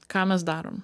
ką mes darom